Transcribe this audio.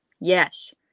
Yes